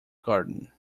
garden